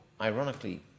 ironically